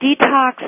detox